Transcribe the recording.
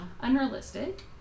unrealistic